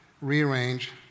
rearrange